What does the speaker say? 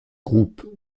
groupe